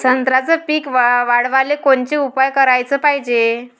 संत्र्याचं पीक वाढवाले कोनचे उपाव कराच पायजे?